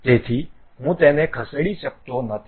તેથી હું તેને ખસેડી શકતો નથી